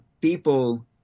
people